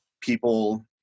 people